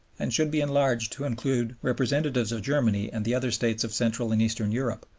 and should be enlarged to include representatives of germany and the other states of central and eastern europe,